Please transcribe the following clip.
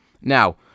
Now